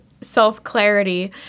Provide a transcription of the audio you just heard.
self-clarity